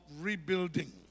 Rebuilding